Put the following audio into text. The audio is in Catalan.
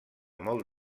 molt